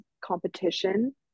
competition